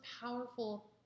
powerful